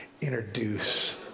introduce